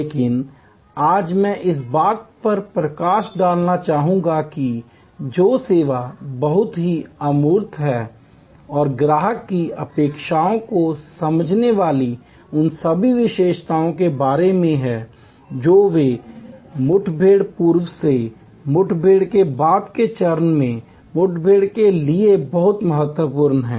लेकिन आज मैं इस बात पर प्रकाश डालना चाहूंगा कि जो सेवा बहुत ही अमूर्त है और ग्राहक की अपेक्षाओं को समझने वाली उन सभी विशेषताओं के बारे में है जो वे मुठभेड़ पूर्व से मुठभेड़ के बाद के चरण में मुठभेड़ के लिए बहुत महत्वपूर्ण हैं